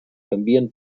canvien